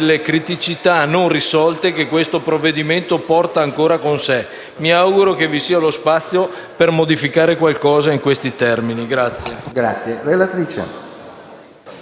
le criticità non risolte che questo provvedimento porta ancora con sé. Mi auguro che vi sia lo spazio per modificare qualcosa in questi termini.